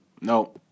No